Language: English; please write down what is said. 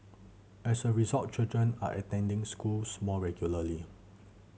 as a result children are attending schools more regularly